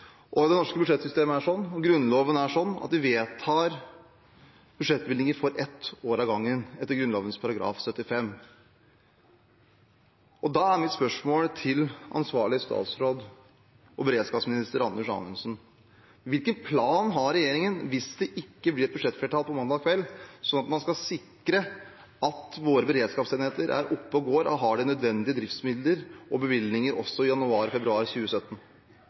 Det norske budsjettsystemet og Grunnloven er sånn at vi vedtar budsjettbevilgninger for ett år av gangen etter Grunnloven § 75. Da er mitt spørsmål til ansvarlig statsråd og beredskapsminister Anders Anundsen: Hvilken plan har regjeringen hvis det ikke blir et budsjettflertall mandag kveld, for å sikre at våre beredskapsenheter er oppe og går og har de nødvendige driftsmidler og bevilgninger også i januar og februar 2017?